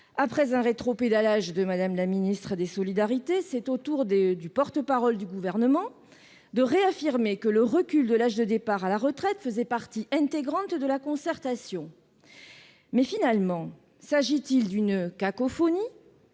Après un rétropédalage de Mme la ministre des solidarités et de la santé, c'est au tour du porte-parole du Gouvernement d'affirmer que le recul de l'âge de départ à la retraite fait partie intégrante de la concertation ... Finalement, s'agit-il d'une cacophonie